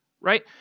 right